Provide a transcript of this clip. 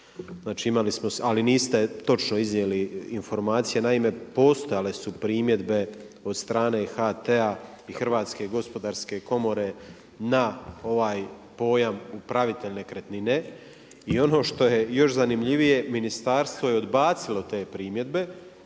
ali niste točno iznijeli informacije. Naime postojale su primjedbe od strane HT-a i HGK-a na ovaj pojam upravitelj nekretnine, i ono što je još zanimljivije, ministarstvo je odbacilo te primjedbe